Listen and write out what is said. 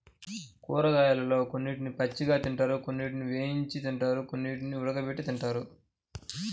కూరగాయలలో కొన్నిటిని పచ్చిగా తింటారు, కొన్ని వేయించి, కొన్ని ఉడకబెట్టి తింటారు